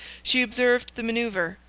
she observed the maneuver,